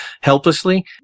helplessly